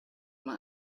mae